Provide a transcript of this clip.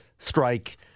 Strike